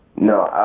no,